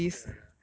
ya ya